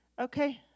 Okay